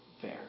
fair